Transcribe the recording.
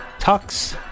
Tux